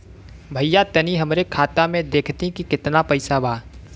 भईया तनि हमरे खाता में देखती की कितना पइसा बा?